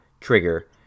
trigger